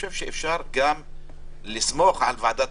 אפשר גם לסמוך על ועדת